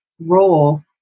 role